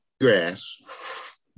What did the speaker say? grass